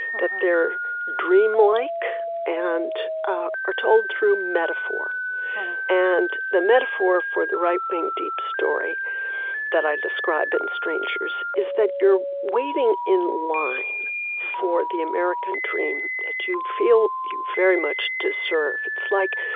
they're dreamlike and are told through metaphor and the metaphor for the right-wing deep story that i describe but in strangers is that you're waiting in line for the american dream that you feel you very much deserve. it's like